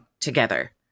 together